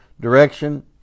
direction